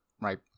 right